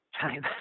time